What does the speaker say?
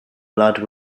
blood